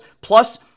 Plus